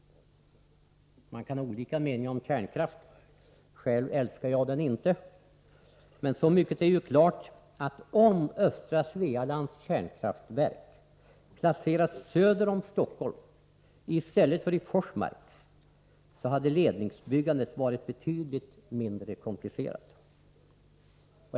Man kan ha olika meningar om kärnkraft — själv älskar jag den inte — men så mycket är ju klart att om östra Svealands kärnkraftverk placerats söder om Stockholm i stället för i Forsmark hade ledningsbyggandet varit betydligt mindre komplicerat.